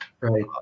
Right